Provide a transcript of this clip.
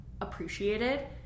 appreciated